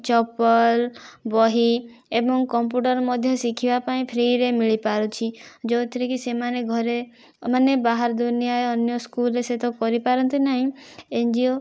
ଚପଲ ବହି ଏବଂ କମ୍ପୁଟର ମଧ୍ୟ ଶିଖିବା ପାଇଁ ଫ୍ରିରେ ମିଳିପାରୁଛି ଯେଉଁଥିରେକି ସେମାନେ ଘରେ ମାନେ ବାହାର ଦୁନିଆ ଅନ୍ୟ ସ୍କୁଲରେ ସେ ତ କରିପାରନ୍ତି ନାହିଁ ଏନଜିଓ